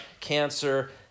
cancer